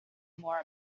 more